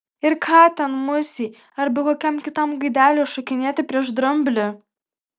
ir ką ten musei arba kokiam kitam gaideliui šokinėti prieš dramblį